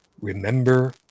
remember